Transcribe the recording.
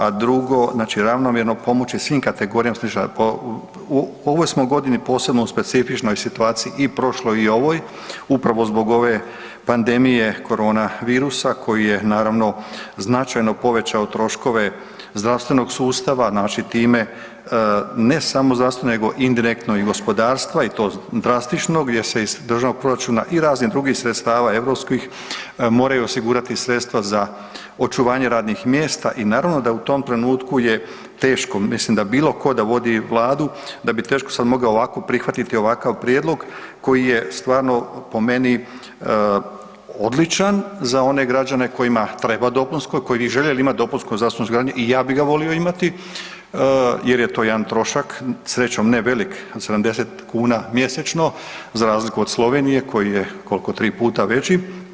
A drugo, znači ravnomjerno pomoći svim kategorijama, u ovoj smo godini posebno u specifičnoj godini i prošloj i ovoj, upravo zbog ove pandemije Korona virusa koji se, naravno, značajno povećao troškove zdravstvenog sustava, znači time, ne samo zdravstveno, nego indirektno i gospodarstva i to drastično gdje se iz Državnog proračuna i raznih drugih sredstava europskih moraju osigurati sredstva za očuvanje radnih mjesta i naravno da u tom trenutku je teško mislim da bilo tko da vodi Vladu da bi teško sad mogao ovako prihvatiti ovakav prijedlog koji je stvarno, po meni, odličan za one građane kojima treba dopunsko, koji bi željeli imati dopunsko zdravstveno osiguranje, i ja bi ga volio imati, jer je to jedan trošak, srećom ne veli, 70 kuna mjesečno za razliku od Slovenije koji je, koliko, tri puta veći.